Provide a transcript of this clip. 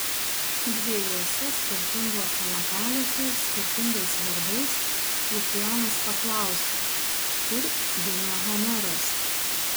dviejuose skirtinguose lapeliuose skirtingais vardais lukianas paklausė kur gimė homeras